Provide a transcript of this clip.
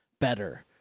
better